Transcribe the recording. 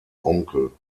onkel